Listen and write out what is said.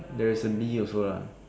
there is a bee also lah